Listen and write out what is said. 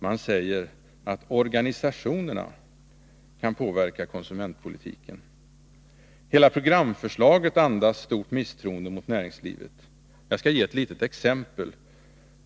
Man säger att organisationerna kan påverka konsumentpolitiken. Hela programförslaget andas stort misstroende mot näringslivet. Jag skall ge ett litet exempel.